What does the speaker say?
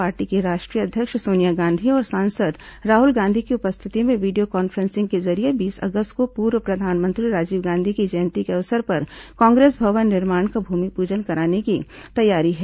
party की राष्ट्रीय अध्यक्ष सोनिया गांधी और सांसद राहुल गांधी की उपस्थिति में वीडियो कॉन्फ्रेंसिंग के जरिये बीस अगस्त को पूर्व प्रधानमंत्री राजीव गांधी की जयंती के अवसर पर कांग्रेस भवन निर्माण का भूमिपूजन कराने की तैयारी है